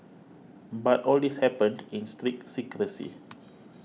but all this happened in strict secrecy